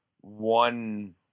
one